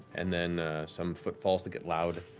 and then some footfalls that get loud.